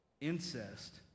incest